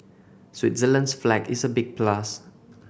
Switzerland's flag is a big plus